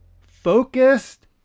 focused